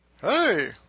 hey